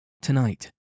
Tonight